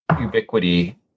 ubiquity